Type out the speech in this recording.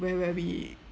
where where we